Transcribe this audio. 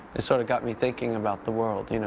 it sort of got me thinking about the world. you know